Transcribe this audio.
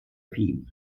wien